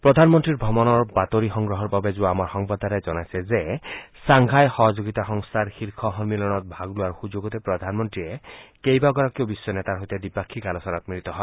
প্ৰধানমন্তীৰ ভ্ৰমণৰ বাতৰি সংগ্ৰহ কৰাৰ বাবে যোৱা আমাৰ সংবাদদাতাই জনাইছে যে ছাংঘাই সহযোগিতা সংস্থাৰ শীৰ্ষ সন্মিলনত ভাগ লোৱাৰ সুযোগতে প্ৰধানমন্ত্ৰীয়ে কেইবাগৰাকীও বিধ্ব নেতাৰ সৈতে দ্বিপাক্ষিক আলোচনাত মিলিত হয়